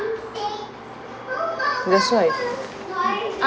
that's why